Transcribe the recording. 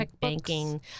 banking